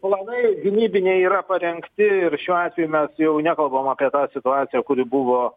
planai gynybiniai yra parengti ir šiuo atveju mes jau nekalbam apie tą situaciją kuri buvo